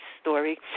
story